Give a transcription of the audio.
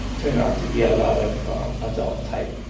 turned out to be a lot of adult-type.